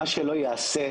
מה שלא ייעשה